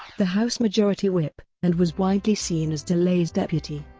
the house majority whip, and was widely seen as delay's deputy.